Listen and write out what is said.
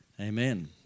Amen